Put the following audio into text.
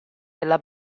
della